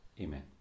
Amen